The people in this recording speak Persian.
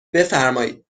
بفرمایید